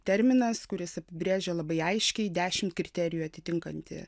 terminas kuris apibrėžia labai aiškiai dešim kriterijų atitinkantį